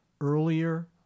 earlier